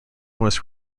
was